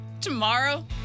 Tomorrow